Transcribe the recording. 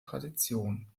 tradition